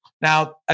now